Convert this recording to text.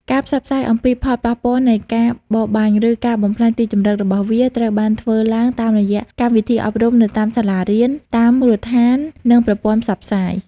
ការផ្សព្វផ្សាយអំពីផលប៉ះពាល់នៃការបរបាញ់ ឬការបំផ្លាញទីជម្រករបស់វា ត្រូវបានធ្វើឡើងតាមរយៈកម្មវិធីអប់រំនៅតាមសាលារៀន តាមមូលដ្ឋាន និងប្រព័ន្ធផ្សព្វផ្សាយ។